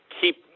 keep